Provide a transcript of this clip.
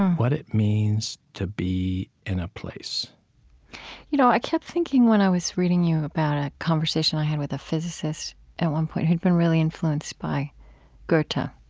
what it means to be in a place you know i kept thinking when i was reading you about a conversation i had with a physicist at one point who'd been really influenced by goethe, but